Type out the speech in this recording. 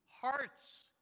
Hearts